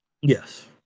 yes